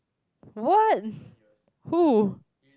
what who